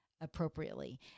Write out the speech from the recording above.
appropriately